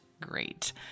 great